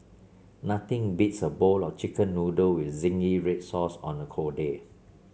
nothing beats a bowl of chicken noodle with zingy red sauce on a cold day